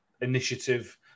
initiative